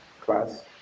class